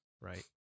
right